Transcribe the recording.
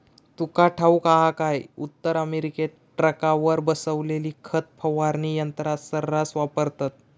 तुका ठाऊक हा काय, उत्तर अमेरिकेत ट्रकावर बसवलेली खत फवारणी यंत्रा सऱ्हास वापरतत